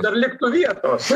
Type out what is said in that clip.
dar liktų vietos